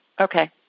Okay